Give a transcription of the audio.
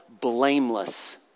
blameless